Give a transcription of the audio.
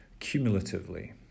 Cumulatively